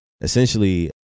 essentially